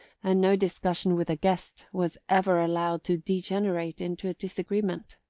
and no discussion with a guest was ever allowed to degenerate into a disagreement.